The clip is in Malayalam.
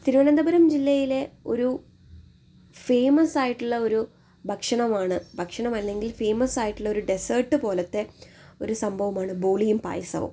തിരുവനന്തപുരം ജില്ലയിലെ ഒരു ഫേമസായിട്ടുള്ള ഒരു ഭക്ഷണമാണ് ഭക്ഷണം അല്ലെങ്കിൽ ഫേമസായിട്ടുള്ളെ ഒരു ഡെസേർട്ട് പോലത്തെ ഒരു സംഭവമാണ് ബോളിയും പായസവും അത്